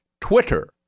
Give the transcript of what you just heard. Twitter